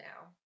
now